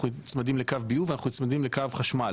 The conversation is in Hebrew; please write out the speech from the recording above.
אנחנו נצמדים אנחנו נצמדים לקו ביוב ואנחנו נצמדים לקו חשמל.